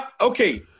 okay